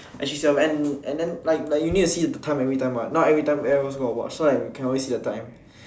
actually should end and then you need to see the time everytime what not everytime everyone also got watch so that we can always see the time